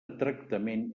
tractament